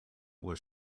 were